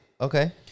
Okay